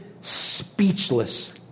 speechless